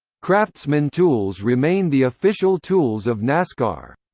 craftsman tools remain the official tools of nascar.